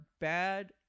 bad